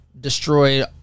destroyed